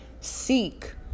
Seek